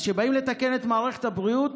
אז כשבאים לתקן את מערכת הבריאות